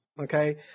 Okay